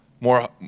more